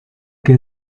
que